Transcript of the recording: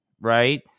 right